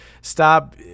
stop